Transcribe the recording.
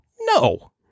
No